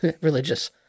Religious